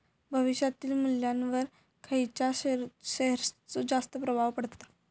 भविष्यातील मुल्ल्यावर खयच्या शेयरचो जास्त प्रभाव पडता?